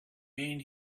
mean